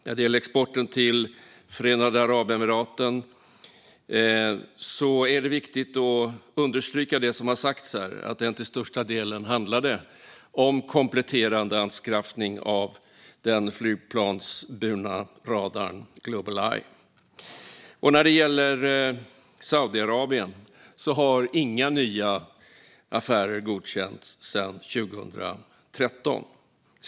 När det gäller exporten till Förenade Arabemiraten är det viktigt att understryka det som har sagts här: att det till största del handlade om kompletterande anskaffning av den flygplansburna radarn Globaleye. Vad gäller Saudiarabien har inga nya affärer godkänts sedan 2013.